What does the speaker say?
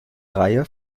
reihe